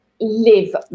live